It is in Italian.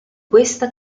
questa